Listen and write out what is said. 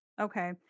Okay